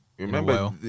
remember